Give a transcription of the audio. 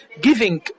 Giving